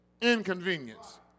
inconvenience